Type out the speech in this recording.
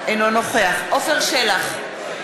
אינו נוכח עפר שלח,